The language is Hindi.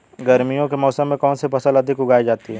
गर्मियों के मौसम में कौन सी फसल अधिक उगाई जाती है?